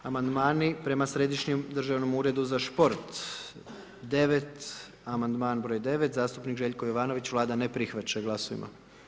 Amandmani prema Središnjem državnom uredu za šport, amandman broj 9., zastupnik Željko Jovanović, Vlada ne prihvaća, glasujmo.